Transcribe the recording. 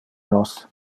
nos